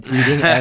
eating